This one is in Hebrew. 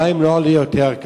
מים לא עולים יותר.